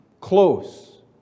close